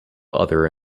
other